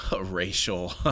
racial